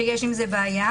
שיש עם זה בעיה.